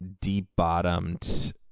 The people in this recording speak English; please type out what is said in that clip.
deep-bottomed